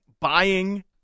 buying